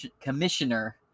commissioner